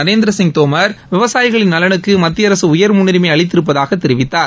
நரேந்திர சிங் தோமர் விவசாயிகளின் நலனுக்கு மத்திய அரசு உயர் முன்னுரிமை அளித்திருப்பதாக தெரிவித்தார்